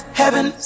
heaven